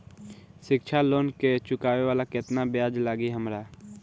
शिक्षा लोन के चुकावेला केतना ब्याज लागि हमरा?